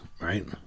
right